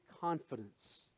confidence